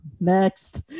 next